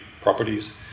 properties